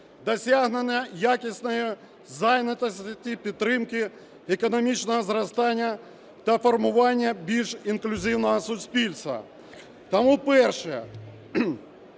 досягнення якісної зайнятості, підтримки, економічного зростання та формування більш інклюзивного суспільства. Тому, перше,